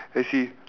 as in